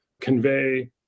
convey